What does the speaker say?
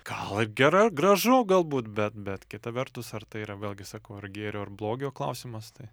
gal ir gera gražu galbūt bet bet kita vertus ar tai yra vėlgi sakau ar gėrio ar blogio klausimas tai